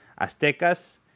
aztecas